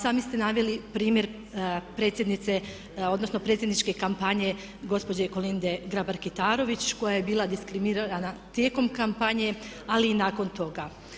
Sami ste naveli primjer predsjednice, odnosno predsjedničke kampanje gospođe Kolinde Grabar Kitarović koja je bila diskriminirana tijekom kampanje, ali i nakon toga.